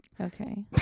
Okay